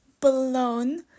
blown